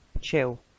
chill